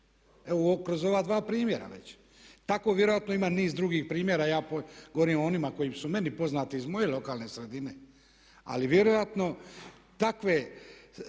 Evo kroz ova dva primjera već. Tako vjerojatno ima niz drugih primjera. Ja govorim o onima koji su meni poznati iz moje lokalne sredine. Ali vjerojatno takve